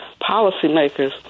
policymakers